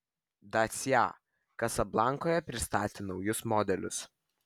dacia kasablankoje pristatė naujus modelius